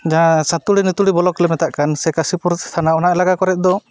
ᱡᱟᱦᱟᱸ ᱥᱟᱹᱛᱩᱲᱤ ᱱᱤᱛᱩᱲᱤ ᱵᱞᱚᱠᱞᱮ ᱢᱮᱛᱟᱜ ᱠᱟᱱ ᱥᱮ ᱠᱟᱥᱤᱯᱩᱨ ᱛᱷᱟᱱᱟ ᱚᱱᱟ ᱮᱞᱟᱠᱟ ᱠᱚᱨᱮᱡ ᱫᱚ